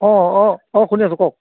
অ অ অ শুনি আছোঁ কওক